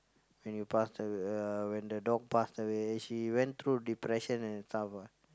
when you passed a~ when the dog passed away she went through depression and stuff ah